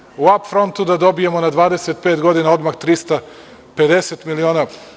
Danas vredi u ap frontu da dobijemo na 25 godina odmah 350 miliona.